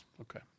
Okay